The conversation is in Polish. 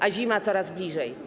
A zima coraz bliżej.